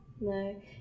no